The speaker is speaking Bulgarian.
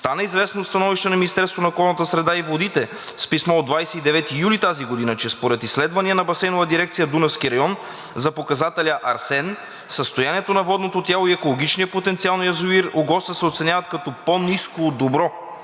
Стана известно от становище на Министерството на околната среда и водите с писмо от 29 юли тази година, че според изследвания на Басейнова дирекция „Дунавски район“ за показателя арсен състоянието на водното тяло и екологичният потенциал на язовир „Огоста“ се оценяват като по-ниско от добро,